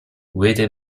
würde